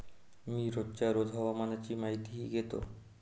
मी रोजच्या रोज हवामानाची माहितीही घेतो